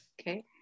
okay